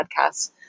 podcasts